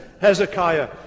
Hezekiah